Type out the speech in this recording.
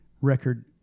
record